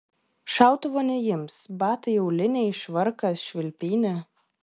šautuvo neims batai auliniai švarkas švilpynė